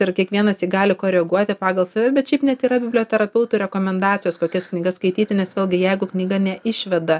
ir kiekvienas jį gali koreguoti pagal save bet šiaip net yra biblioterapeutų rekomendacijos kokias knygas skaityti nes vėlgi jeigu knyga neišveda